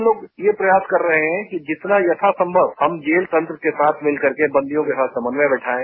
हम लोग यह प्रयास कर रहे हैं कि जितना यथासंभव हम जेल तंत्र के साथ मिलकरके बंदियों के साथ समन्वय बैठाएं